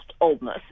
oldness